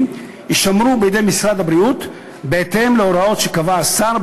יישמרו בידי משרד הבריאות בהתאם להוראות שקבע השר,